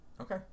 Okay